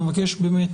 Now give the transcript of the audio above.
אני במבקש באמת,